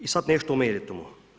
I sad nešto o meritumu.